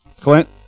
clint